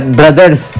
brothers।